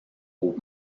aux